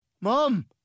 mom